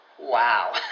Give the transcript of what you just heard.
Wow